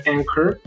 Anchor